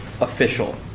official